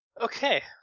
Okay